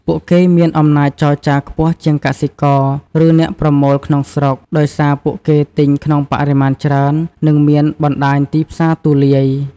ពួកគេមានអំណាចចរចាខ្ពស់ជាងកសិករ ឬអ្នកប្រមូលក្នុងស្រុក ដោយសារពួកគេទិញក្នុងបរិមាណច្រើន និងមានបណ្តាញទីផ្សារទូលាយ។